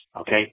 okay